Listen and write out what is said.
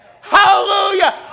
Hallelujah